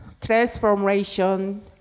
transformation